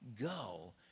go